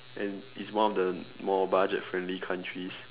and it's one of the more budget friendly countries